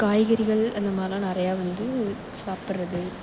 காய்கறிகள் அந்த மாதிரிலாம் நிறையா வந்து சாப்பிட்றது